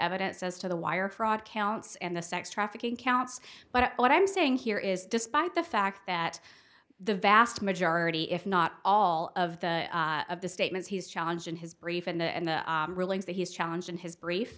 evidence as to the wire fraud counts and the sex trafficking counts but what i'm saying here is despite the fact that the vast majority if not all of the of the statements he's challenge in his brief and the and the rulings that he's challenging his br